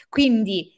Quindi